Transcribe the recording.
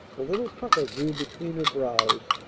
a little pucker grew between her brows,